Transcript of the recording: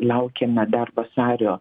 laukiame dar vasario